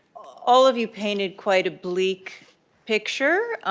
all of you painted quite a bleak picture,